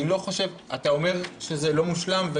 אתה אומר שזה לא מושלם.